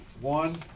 One